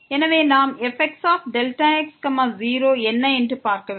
எனவே நாம் fxΔx0ஐ என்ன என்று பார்க்க வேண்டும்